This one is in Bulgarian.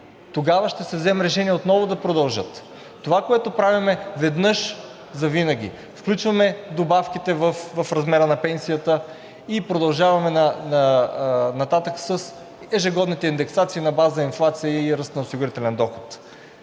Тогава ще се вземе решение отново да продължат. Това, което правим веднъж завинаги – включваме добавките в размера на пенсията и продължаваме нататък с ежегодните индексации на база инфлация и ръст на осигурителен доход.